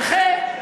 נכה,